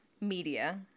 media